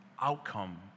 outcome